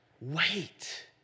Wait